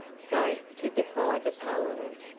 so, to defy the parliament,